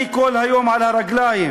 אני כל היום על הרגליים,